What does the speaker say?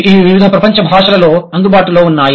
ఇవి వివిధ ప్రపంచ భాషలలో అందుబాటులో ఉన్నాయి